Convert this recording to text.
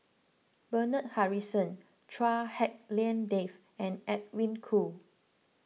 Bernard Harrison Chua Hak Lien Dave and Edwin Koo